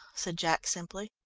said jack simply.